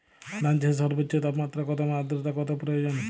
ধান চাষে সর্বোচ্চ তাপমাত্রা কত এবং আর্দ্রতা কত প্রয়োজন?